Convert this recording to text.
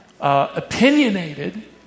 opinionated